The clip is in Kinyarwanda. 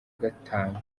gatanu